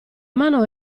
mano